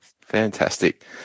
Fantastic